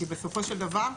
כי בסופו של דבר,